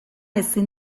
ezin